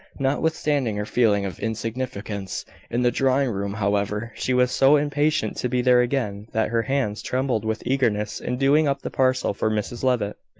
notwithstanding her feeling of insignificance in the drawing-room, however, she was so impatient to be there again that her hands trembled with eagerness in doing up the parcel for mrs levitt.